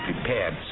prepared